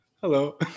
Hello